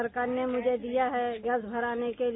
सरकार ने मुझे दिया है गैस भराने के लिए